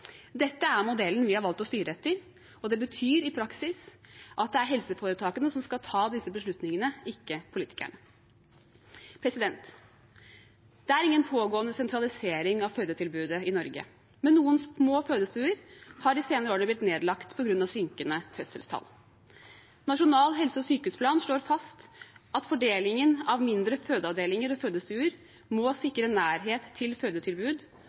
Dette er modellen vi har valgt å styre etter, og det betyr i praksis at det er helseforetakene som skal ta disse beslutningene, ikke politikerne. Det er ingen pågående sentralisering av fødetilbudet i Norge, men noen små fødestuer er de senere årene blitt nedlagt på grunn av synkende fødselstall. Nasjonal helse- og sykehusplan slår fast at fordelingen av mindre fødeavdelinger og fødestuer må sikre nærhet til fødetilbud